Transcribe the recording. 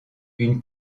une